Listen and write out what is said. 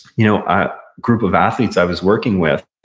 you know a group of athletes i was working with,